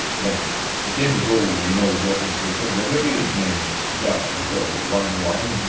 but then you go, you know, north of jerusalem, there's a village name jaba, so one and one,